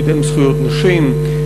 קידם זכויות נשים,